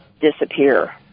disappear